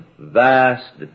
vast